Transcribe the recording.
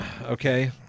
Okay